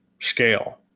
scale